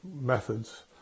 methods